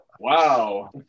Wow